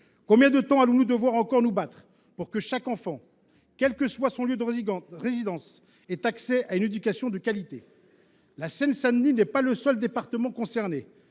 Combien de temps allons nous devoir encore nous battre pour que chaque enfant, quel que soit son lieu de résidence, ait accès à une éducation de qualité ? La Seine Saint Denis n’est pas le seul département concerné